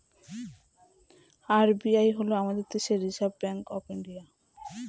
RBI হল আমাদের দেশের রিসার্ভ ব্যাঙ্ক অফ ইন্ডিয়া